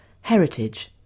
Heritage